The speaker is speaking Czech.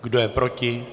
Kdo je proti?